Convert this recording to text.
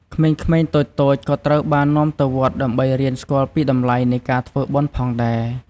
ក្មេងៗតូចៗក៏ត្រូវបាននាំទៅវត្តដើម្បីរៀនស្គាល់ពីតម្លៃនៃការធ្វើបុណ្យផងដែរ។